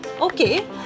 okay